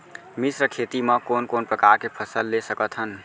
मिश्र खेती मा कोन कोन प्रकार के फसल ले सकत हन?